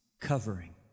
covering